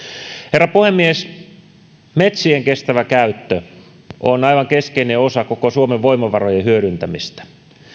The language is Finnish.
herra puhemies metsien kestävä käyttö on aivan keskeinen osa koko suomen voimavarojen hyödyntämistä